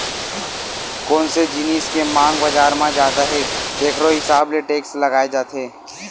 कोन से जिनिस के मांग बजार म जादा हे तेखरो हिसाब ले टेक्स लगाए जाथे